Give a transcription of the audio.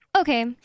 Okay